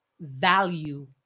value